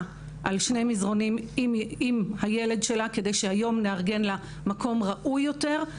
על שני מזרונים עם הילד שלה כדי שהיום נארגן לה מקום ראוי יותר,